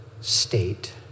state